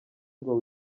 ngo